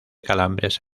calambres